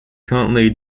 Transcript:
currently